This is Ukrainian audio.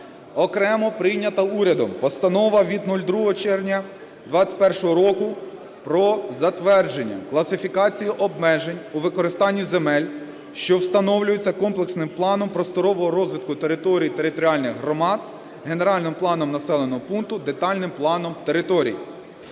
Окремо прийнята урядом Постанова від 2 червня 21-го року "Про затвердження Класифікації обмежень у використанні земель, що встановлюються комплексним планом просторового розвитку території територіальних громад, генеральним планом населеного пункту, детальним планом території".